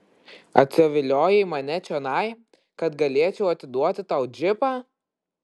atsiviliojai mane čionai kad galėčiau atiduoti tau džipą